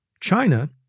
China